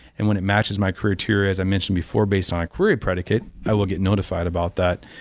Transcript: and when it matches my criteria as i mentioned before based on a career predicate, i will get notified about that.